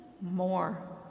more